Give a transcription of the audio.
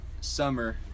summer